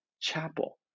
chapel